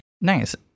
Nice